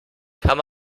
kann